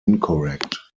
incorrect